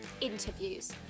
interviews